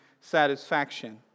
satisfaction